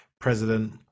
president